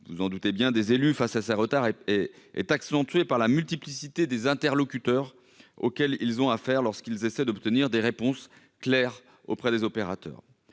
L'incompréhension des élus face à ces retards est par ailleurs accentuée par la multiplicité des interlocuteurs auxquels ils ont affaire lorsqu'ils essaient d'obtenir des réponses claires auprès des opérateurs.